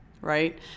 right